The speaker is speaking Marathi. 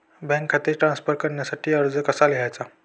बँक खाते ट्रान्स्फर करण्यासाठी अर्ज कसा लिहायचा?